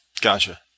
Gotcha